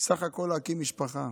בסך הכול להקים משפחה,